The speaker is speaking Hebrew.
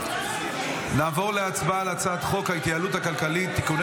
נעבור להצבעה על הצעת חוק התוכנית הכלכלית (תיקוני